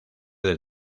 del